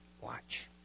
Watch